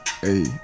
Hey